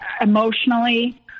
Emotionally